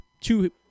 two